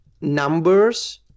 numbers